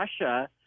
Russia